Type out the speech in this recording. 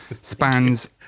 spans